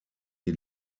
die